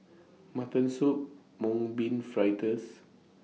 Mutton Soup Mung Bean Fritters